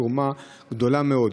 תרומה גדולה מאוד